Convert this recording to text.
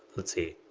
let's see.